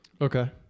Okay